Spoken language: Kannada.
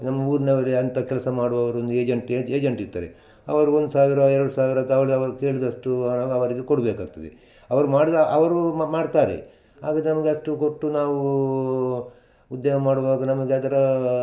ನಮ್ಮೂರ್ನವರೆ ಅಂತ ಕೆಲಸ ಮಾಡುವವರು ಒಂದು ಏಜೆಂಟ್ ಏಜ್ ಏಜೆಂಟ್ ಇರ್ತಾರೆ ಅವರು ಒಂದು ಸಾವಿರ ಎರಡು ಸಾವಿರ ತಗಂಡ್ ಅವರು ಕೇಳಿದಷ್ಟು ಅವರ ಅವರಿಗೆ ಕೊಡಬೇಕಾಗ್ತದೆ ಅವರು ಮಾಡ್ದ ಅವರು ಮ ಮಾಡ್ತಾರೆ ಆಗ ನಮ್ಗ ಅಷ್ಟು ಕೊಟ್ಟು ನಾವು ಉದ್ಯಮ ಮಾಡುವಾಗ ನಮಗೆ ಅದರ